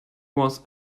was